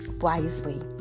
wisely